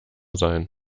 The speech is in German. sein